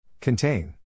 Contain